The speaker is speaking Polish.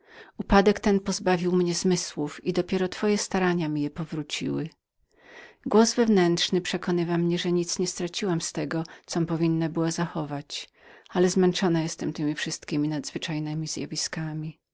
upadek ten pozbawił mnie zmysłów i twoje dopiero starania mi je powróciły niezawodne uczucie przekonywa mnie że nic nie straciłam z tego com powinna była zachować ale zmęczona jestem temi wszystkiemi nadzwyczajnemi zjawiskami